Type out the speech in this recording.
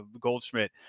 Goldschmidt